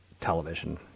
television